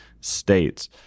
States